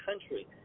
country